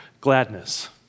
gladness